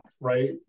right